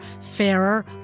fairer